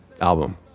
album